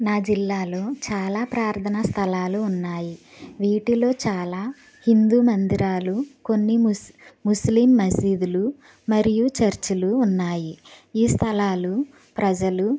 నా జిల్లాలో చాలా ప్రార్థనా స్థలాలు ఉన్నాయి వీటిలో చాలా హిందూ మందిరాలు కొన్ని ముస్లి ముస్లిం మసీదులు మరియు చర్చులు ఉన్నాయి ఈ స్థలాలు ప్రజలు